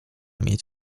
mieć